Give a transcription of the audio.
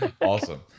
Awesome